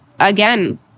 Again